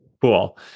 cool